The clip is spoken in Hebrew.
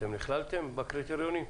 אתם נכללתם בקריטריונים?